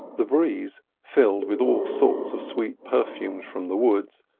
the breeze, filled with all sorts of sweet perfumes from the woods,